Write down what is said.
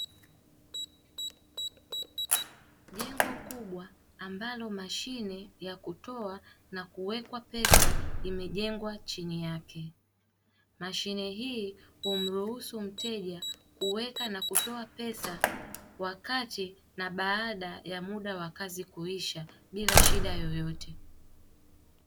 Jengo kubwa ambalo mashine ya kutoa na kuwekwa pesa imejengwa chini yake, mashine hii humruhusu mteja kuweka na kutoa pesa wakati na baada muda wa kazi kuisha bila shida yeyote.